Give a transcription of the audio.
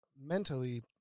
mentally